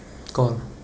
call